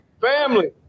Family